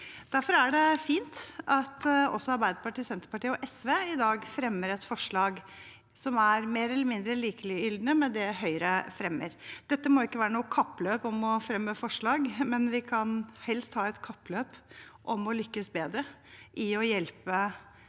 Derfor er det fint at også Arbeiderpartiet, Senterpartiet og SV i dag fremmer et forslag som er mer eller mindre likelydende med det Høyre fremmer. Dette må ikke være noe kappløp om å fremme forslag, men vi kan helst ha et kappløp om å lykkes bedre med å hjelpe